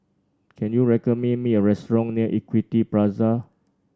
can you recommend me a restaurant near Equity Plaza